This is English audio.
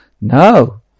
No